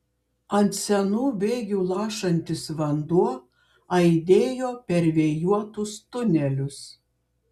ant senų bėgių lašantis vanduo aidėjo per vėjuotus tunelius